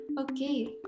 Okay